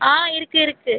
ஆ இருக்கு இருக்கு